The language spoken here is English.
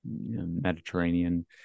mediterranean